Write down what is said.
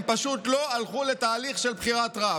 הם פשוט לא הלכו לתהליך של בחירת רב.